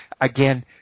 again